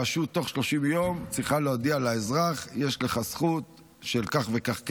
בתוך 30 יום הרשות צריכה להודיע לאזרח: יש לך זכות של כך וכך כסף,